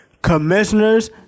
commissioners